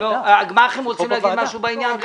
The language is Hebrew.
הגמ"חים רוצים להגיד משהו בעניין?